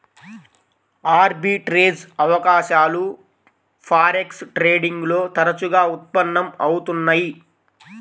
arbitrage అవకాశాలు forex trading లో తరచుగా ఉత్పన్నం అవుతున్నయ్యి